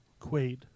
Quaid